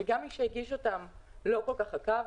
שגם מי שהגיש אותן לא כל כך עקב.